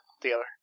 together